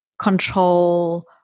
control